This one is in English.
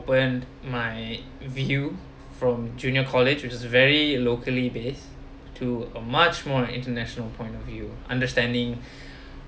opened my view from junior college which is very locally based to a much more international point of view understanding